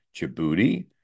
Djibouti